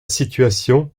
situation